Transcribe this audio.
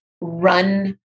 Run